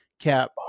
Cap